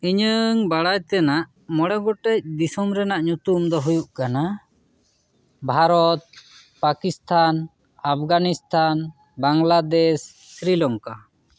ᱤᱧᱟᱹᱜ ᱵᱟᱲᱟᱭ ᱛᱮᱱᱟᱜ ᱢᱚᱬᱮ ᱜᱚᱴᱮᱱ ᱫᱤᱥᱚᱢ ᱨᱮᱱᱟᱜ ᱧᱩᱛᱩᱢ ᱫᱚ ᱦᱩᱭᱩᱜ ᱠᱟᱱᱟ ᱵᱷᱟᱨᱚᱛ ᱯᱟᱠᱤᱥᱛᱷᱟᱱ ᱟᱯᱷᱜᱟᱱᱤᱥᱛᱟᱷᱟᱱ ᱵᱟᱝᱞᱟᱫᱮᱥ ᱥᱨᱤᱞᱚᱝᱠᱟ